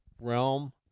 realm